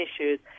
issues